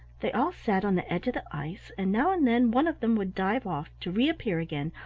they all sat on the edge of the ice, and now and then one of them would dive off, to reappear again,